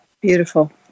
Beautiful